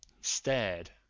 stared